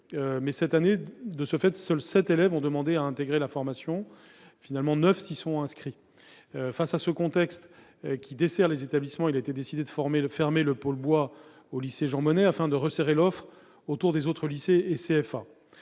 fait, cette année, seuls sept élèves ont demandé à intégrer la formation. Finalement, neuf s'y sont inscrits. Face à ce contexte qui dessert les établissements, il a été décidé de fermer le pôle « bois » du lycée Jean-Monnet afin de resserrer l'offre autour des autres lycées et CFA